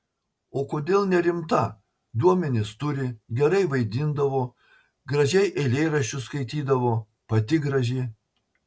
o kodėl nerimta duomenis turi gerai vaidindavo gražiai eilėraščius skaitydavo pati graži